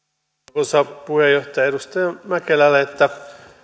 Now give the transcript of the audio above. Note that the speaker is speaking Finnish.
arvoisa puheenjohtaja edustaja mäkelälle